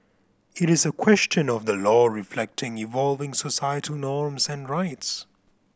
it is a question of the law reflecting evolving societal norms and rights